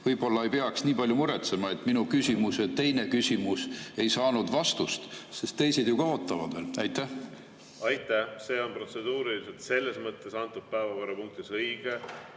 Võib-olla ei peaks nii palju muretsema, et minu küsimuse teine küsimus ei saanud vastust. Teised ju ka ootavad veel. Aitäh! See on protseduuriliselt selles mõttes antud päevakorrapunktis õige,